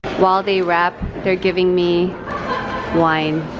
while they wrap, they're giving me wine.